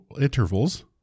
intervals